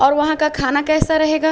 اور وہاں کا کھانا کیسا رہے گا